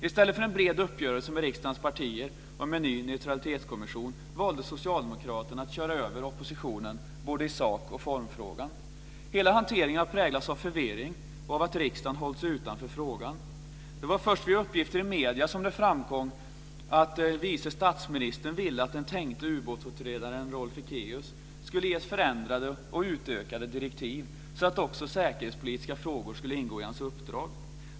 I stället för en bred uppgörelse med riksdagens partier om en ny neutralitetskommission valde socialdemokraterna att köra över oppositionen både i sakoch formfrågan. Hela hanteringen har präglats av förvirring och av att riksdagen har hållits utanför frågan. Det var först via uppgifter i medierna som det framkom att vice statsministern ville att den tänkte ubåtsutredaren Rolf Ekéus skulle ges förändrade och utökade direktiv, så att också säkerhetspolitiska frågor skulle ingå i hans uppdrag.